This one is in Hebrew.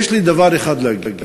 יש לי דבר אחד להגיד: